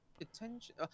attention